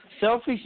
Selfish